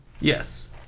Yes